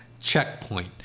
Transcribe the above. checkpoint